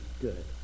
good